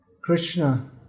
Krishna